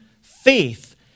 Faith